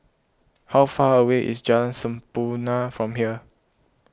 how far away is Jalan Sampurna from here